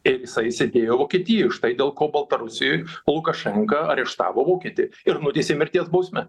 ir jisai sėdėjo vokietijoj štai dėl ko baltarusijoj lukašenka areštavo vokietį ir nuteisė mirties bausme